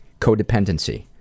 Codependency